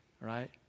right